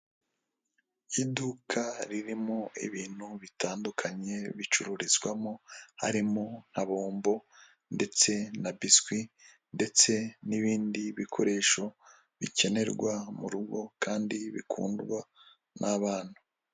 Iduka ririmo ibintu bitandukanye bicururizwamo, harimo nka bombo ndetse na biswi, ndetse n'ibindi bikoresho bikenerwa mu rugo, kandi bikundwa n'abana.